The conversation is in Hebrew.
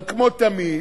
אבל כמו תמיד,